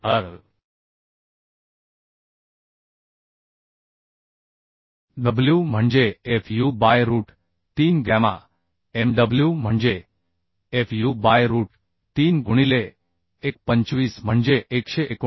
RW म्हणजे F U by root 3 gamma M W म्हणजे F U by root 3 गुणिले 1 25 म्हणजे 189 37